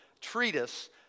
treatise